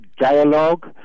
dialogue